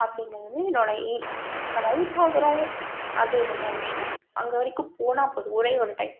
அப்டிங்கறது என்னோட எய்ம் நம்ம அவுட் ஆகுறோம் அது ரெண்டாவது விஷயம் அங்கே வரைக்கும் போனால் போதும் ஒரே ஒரு டைம்